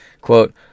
Quote